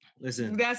Listen